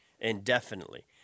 indefinitely